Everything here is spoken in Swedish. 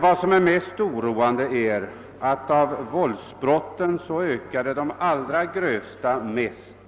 Vad som är mest oroande är emellertid att av våldsbrotten ökade de allra grövsta mest: